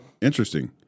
interesting